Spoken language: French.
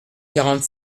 quarante